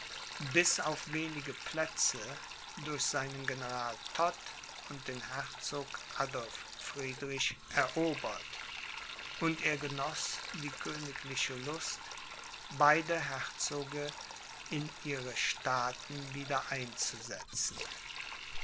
bis auf wenige plätze durch seinen general tott und den herzog adolph friedrich erobert und er genoß die königliche lust beide herzoge in ihre staaten wieder einzusetzen